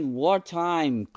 wartime